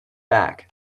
back